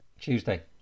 Tuesday